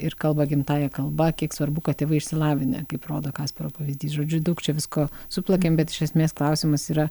ir kalba gimtąja kalba kiek svarbu kad tėvai išsilavinę kaip rodo kasparo pavyzdys žodžiu daug čia visko suplakėm bet iš esmės klausimas yra